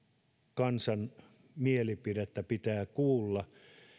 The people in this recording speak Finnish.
kansan mielipidettä pitää kuulla